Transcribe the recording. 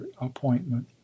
appointment